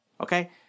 okay